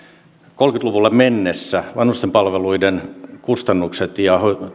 kolmekymmentä luvulle mennessä vanhustenpalveluiden kustannukset ja